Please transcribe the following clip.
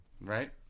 Right